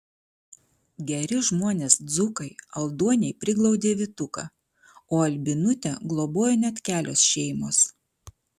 geri žmonės dzūkai aldoniai priglaudė vytuką o albinutę globojo net kelios šeimos